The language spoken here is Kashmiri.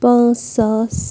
پانٛژھ ساس